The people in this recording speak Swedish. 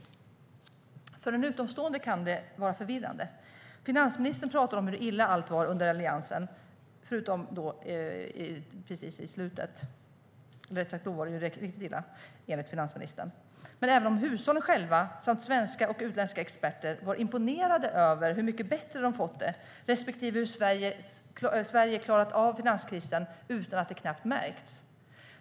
För en utomstående kan det vara förvirrande: finansministern pratar om hur illa allt var under Alliansen utom under slutet av Alliansens tid, för då var det riktigt illa, enligt finansministern. Hushållen själva samt svenska och utländska experter var imponerade över hur mycket bättre hushållen hade fått det respektive hur bra Sverige hade klarat av finanskrisen utan att det knappt märkts.